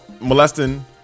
molesting